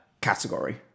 category